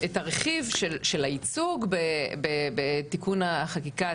את הרכיב של הייצוג בתיקון החקיקה,